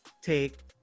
take